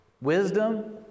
wisdom